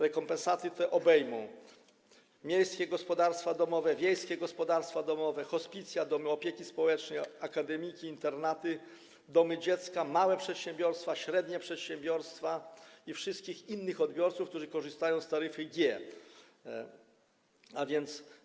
Rekompensaty te obejmą miejskie gospodarstwa domowe, wiejskie gospodarstwa domowe, hospicja, domy opieki społecznej, akademiki, internaty, domy dziecka, małe przedsiębiorstwa, średnie przedsiębiorstwa i wszystkich innych odbiorców, którzy korzystają z taryfy G.